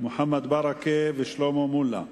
מוחמד ברכה ושלמה מולה.